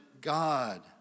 God